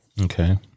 Okay